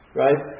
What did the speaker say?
right